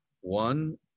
One